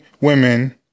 women